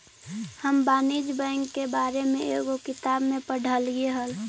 हम वाणिज्य बैंक के बारे में एगो किताब में पढ़लियइ हल